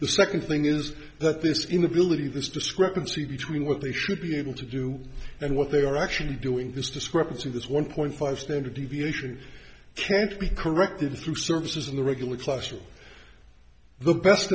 the second thing is that this inability this discrepancy between what they should be able to do and what they are actually doing this discrepancy this one point five standard deviation can't be corrected through services in the regular classroom the best